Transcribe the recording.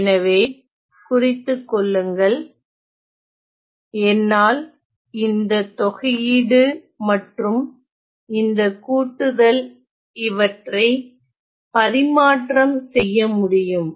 எனவே குறித்துக்கொள்ளுங்கள் என்னால் இந்த தொகையீடு மற்றும் இந்த கூட்டுதல் இவற்றை பரிமாற்றம் செய்ய முடியும்